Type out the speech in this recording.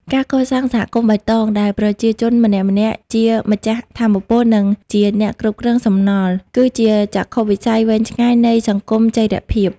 ការកសាង "សហគមន៍បៃតង" ដែលប្រជាជនម្នាក់ៗជាម្ចាស់ថាមពល និងជាអ្នកគ្រប់គ្រងសំណល់ គឺជាចក្ខុវិស័យវែងឆ្ងាយនៃសង្គមចីរភាព។